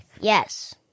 Yes